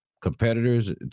competitors